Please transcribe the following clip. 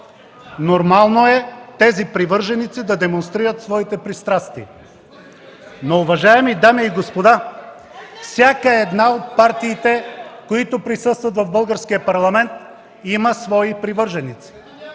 Нормално е тези привърженици да демонстрират своите пристрастия, но, уважаеми дами и господа, всяка една от партиите, които присъстват в българския парламент, има свои привърженици.